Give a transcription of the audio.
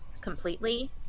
completely